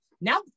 Now